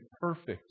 perfect